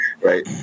right